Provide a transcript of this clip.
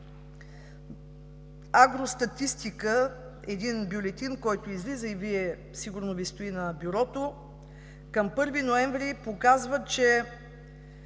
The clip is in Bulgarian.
„Агростатистика“ – един бюлетин, който излиза, и сигурно Ви стои на бюрото, към 1 ноември показва, че